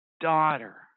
daughter